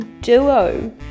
duo